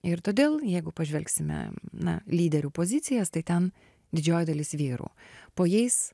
ir todėl jeigu pažvelgsime na lyderių pozicijas tai ten didžioji dalis vyrų po jais